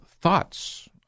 thoughts